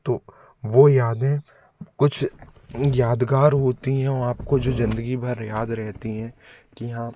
तो वो यादें कुछ यादगार होती हैं औ आपको जो ज़िंदगी भर याद रहती हैं कि हाँ